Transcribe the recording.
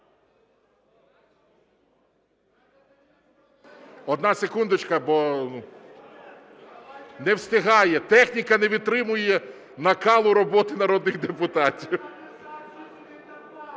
Одна секундочка, бо не встигає… техніка не витримує накалу роботи народних депутатів.